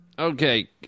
Okay